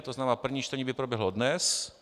To znamená, první čtení by proběhlo dnes.